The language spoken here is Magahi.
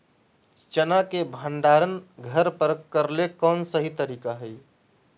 चना के भंडारण घर पर करेले कौन सही तरीका है?